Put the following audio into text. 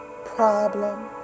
problem